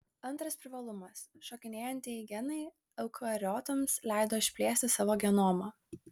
antras privalumas šokinėjantieji genai eukariotams leido išplėsti savo genomą